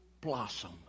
blossom